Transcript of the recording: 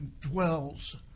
dwells